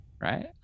right